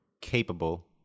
capable